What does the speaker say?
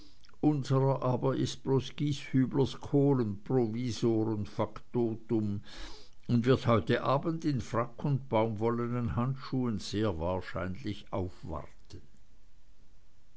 aber ist bloß gieshüblers kohlenprovisor und faktotum und wird heute abend in frack und baumwollenen handschuhen sehr wahrscheinlich aufwarten